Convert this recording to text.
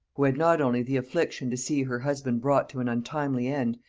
who had not only the affliction to see her husband brought to an untimely end,